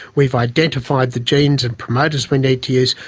we've identified the genes and promoters we need to use,